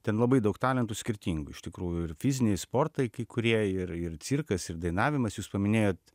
ten labai daug talentų skirtingų iš tikrųjų ir fiziniai sportai kai kurie ir ir cirkas ir dainavimas jūs paminėjot